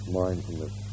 mindfulness